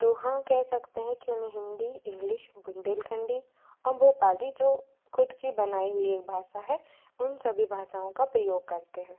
तो हाँ कह सकते है कि उन्हें हिन्दी इंग्लिश बुन्देलखण्डी और भोपाली जो खुद की बनाई हुई ये भाषा है उन सभी भाषाओं का प्रयोग करते है